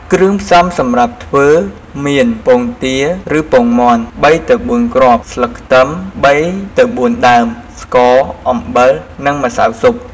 គ្រឿងផ្សំសម្រាប់ធ្វើ មាន ពងទាឬពងមាន់ ៣ទៅ៤គ្រាប់ ស្លឹកខ្ទឹម ៣ទៅ៤ដើម ស្ករ អំបិល និងម្សៅស៊ុប ។